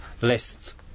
lists